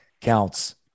counts